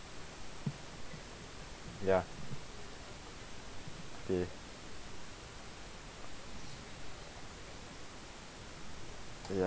ya K ya